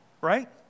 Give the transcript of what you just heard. right